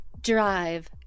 Drive